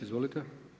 Izvolite.